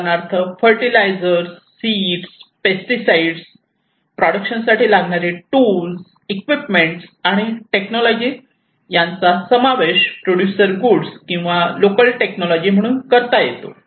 उदाहरणार्थ fertilizer seed pesticides Fertilizers seeds pesticides production साठी लागणारे टूल्स इक्विपमेंट आणि टेक्नॉलॉजी यांचा समावेश प्रोड्युसर गुड्स किंवा लोकल टेक्नॉलॉजी म्हणून करता येतो